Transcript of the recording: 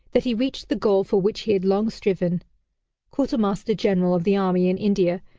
that he reached the goal for which he had long striven quartermaster-general of the army in india,